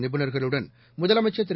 நிபுனர்களுடன் முதலமைச்சர் திரு